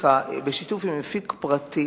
הפיקה בשיתוף עם מפיק פרטי.